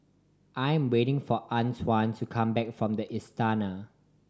I'm waiting for Antwain to come back from The Istana